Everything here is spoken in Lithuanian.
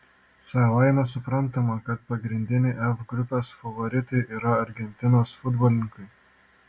savaime suprantama kad pagrindiniai f grupės favoritai yra argentinos futbolininkai